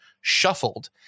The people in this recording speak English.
shuffled